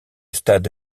stade